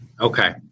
Okay